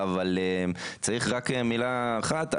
עוד מילה אחת.